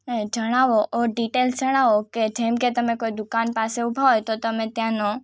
એ જણાવો ઑ ડિટેલ્સ જણાવો કે જેમ કે તમે કોઈ દુકાન પાસે ઊભા હોય તો તમે ત્યાંનો